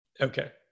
okay